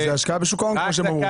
שזה השקעה בשוק ההון, כמו שהם אמרו.